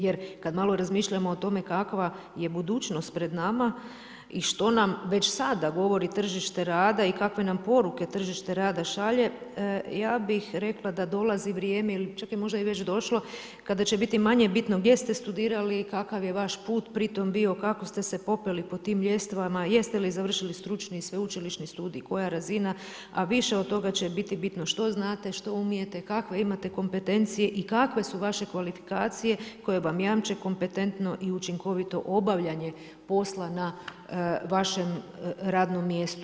Jer kad malo razmišljamo kakva je budućnost pred nama i što nam već sada govori tržište rada i kakve nam poruke tržište rada šalje, ja bih rekla da dolazi vrijeme ili čak je već došlo kada će biti manje bitno gdje ste studirali i kakav je vaš put pri tom bio, kako ste se popeli po tim ljestvama, jeste li završili stručni i sveučilišni studij, koja razina, a više od toga će biti bitno što znate, što umijete, kakve imate kompetencije i kakve su vaše kvalifikacije koje vam jače kompetentno i učinkovito obavljanje posla na vašem radnom mjestu.